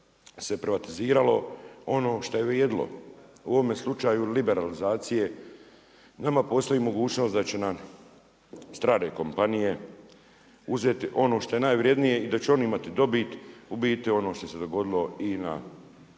se privatiziralo ono što je vrijedilo, u ovome slučaju liberalizacije, nama postoji mogućnost da će na strane kompanije uzeti ono što je najvrijednije i da će one imati dobit u biti ono što se dogodilo i na